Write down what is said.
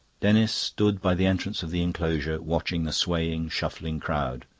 denis stood by the entrance of the enclosure, watching the swaying, shuffling crowd.